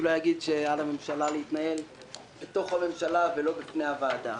שאולי יגיד שעל הממשלה להתנהל בתוך הממשלה ולא בפני הוועדה.